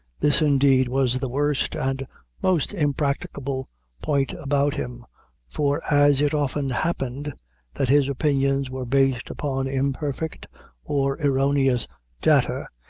this, indeed, was the worst and most impracticable point about him for as it often happened that his opinions were based upon imperfect or erroneous data,